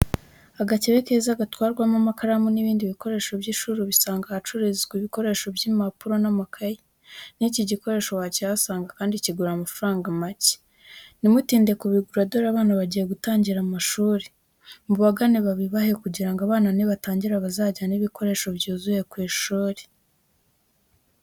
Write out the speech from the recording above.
Agakebe keza gatwarwamo amakaramu n'ibindi bikoresho by'ishuri ubisanga ahacururizwa ibikoresho by'impapuro n'amakayi n'iki gikoresho wakihasanga, kandi kigura amafaranga make. Ntimutinde kubigura dore abana bagiye gutangira amashuri. Mubagane babibahe kugira ngo abana nibatangira bazajyane ibikoresho byuzuye ku ishuri.